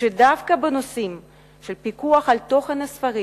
שדווקא בנושאים של פיקוח על תוכן הספרים,